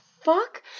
fuck